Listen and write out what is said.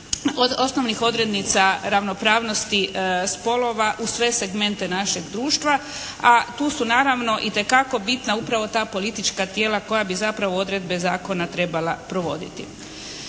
osnovnih odrednica ravnopravnosti spolova u sve segmente našeg društva, a tu su naravno itekako bitna upravo ta politička tijela koja bi zapravo odredbe zakona trebala provoditi.